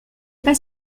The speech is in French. pas